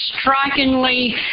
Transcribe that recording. strikingly